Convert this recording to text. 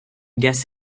guess